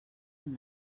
amb